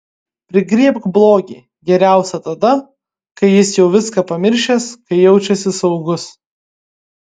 prigriebk blogį geriausia tada kai jis jau viską pamiršęs kai jaučiasi saugus